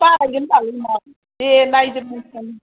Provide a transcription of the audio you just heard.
बारायगोन बाल उनाव दे नायगोरनि